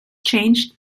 changed